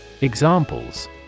Examples